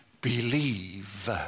believe